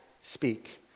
speak